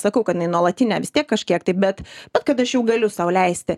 sakau kad jinai nuolatinė vis tiek kažkiek tai bet bet kad aš jau galiu sau leisti